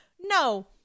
no